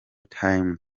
time